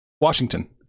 Washington